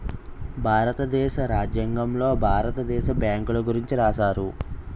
భారతదేశ రాజ్యాంగంలో భారత దేశ బ్యాంకుల గురించి రాశారు